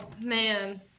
man